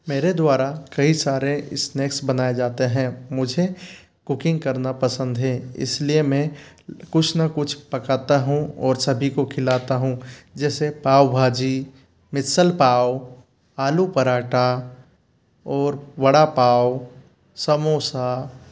मेरे द्वारा कई सारे स्नेक्स बनाए जाते हैं मुझे कुकिंग करना पसंद है इसलिए मैं कुछ न कुछ पकाता हूँ और सभी को खिलाता हूँ जैसे पाव भाजी मिसल पाव आलू पराँठा और वड़ा पाव समोसा